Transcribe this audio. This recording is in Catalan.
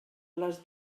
les